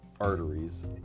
arteries